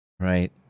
Right